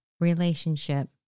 relationship